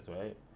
right